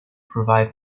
provide